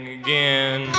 again